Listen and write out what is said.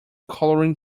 colouring